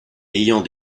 ayant